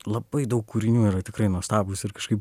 labai daug kūrinių yra tikrai nuostabūs ir kažkaip